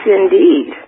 indeed